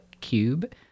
cube